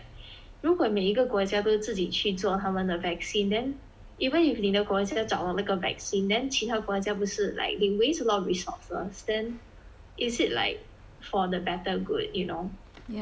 如果每一个国家都自己去做他们的 vaccine then even if 你的国家找到那个 vaccine then 其他国家不是 like they waste a lot of resources then is it like for the better good you know